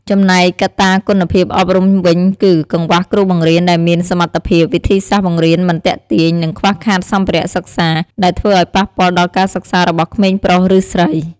ចំណែកកត្តាគុណភាពអប់រំវិញគឺ កង្វះគ្រូបង្រៀនដែលមានសមត្ថភាព វិធីសាស្រ្តបង្រៀនមិនទាក់ទាញ និងខ្វះខាតសម្ភារៈសិក្សា ដែលធ្វើឲ្យប៉ះពាល់ដល់ការសិក្សារបស់ក្មេងប្រុសឫស្រី។